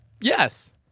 Yes